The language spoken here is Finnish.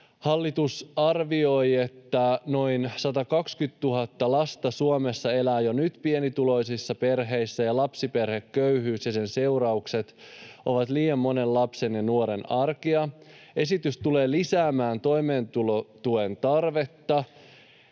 Hallitus arvioi, että noin 120 000 lasta Suomessa elää jo nyt pienituloisissa perheissä, ja lapsiperheköyhyys ja sen seuraukset ovat liian monen lapsen ja nuoren arkea. Esitys tulee lisäämään toimeentulotuen tarvetta.